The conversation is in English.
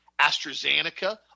AstraZeneca